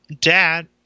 dad